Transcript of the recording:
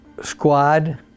squad